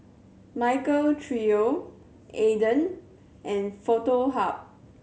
Michael Trio Aden and Foto Hub